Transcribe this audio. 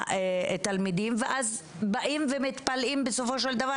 התלמידים ואז באים ומתפלאים בסופו של דבר,